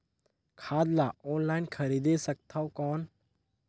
खाद ला ऑनलाइन खरीदे सकथव कौन?